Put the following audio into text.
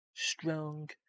Strong